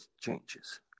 changes